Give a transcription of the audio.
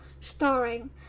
starring